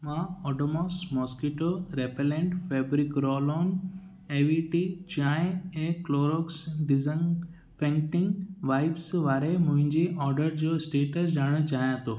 मां Odomos mosquito repellent fabric roll on A V T चाहिं ऐं क्लोरोक्स डिज़ंकफ्रंगंटिंग वाइप्स वारे मुंहिंजे ऑडर जो स्टेटस ॼाणणु चाहियां थो